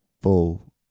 full